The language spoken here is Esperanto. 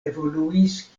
evoluis